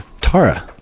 tara